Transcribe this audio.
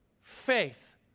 faith